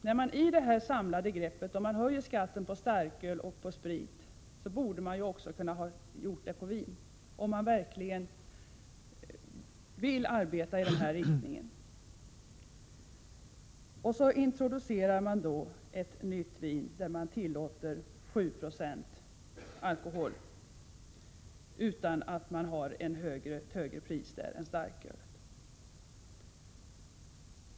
Om man verkligen vill arbeta i riktningen att sänka alkoholkonsumtionen, så borde man i det samlade greppet med höjningen av skatten på starköl och sprit även kunna höja skatten på vin. I stället introducerar man ett nytt vin där man tillåter 7 9o alkohol utan att ha ett högre pris än för starköl.